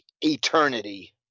eternity